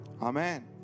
Amen